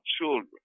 children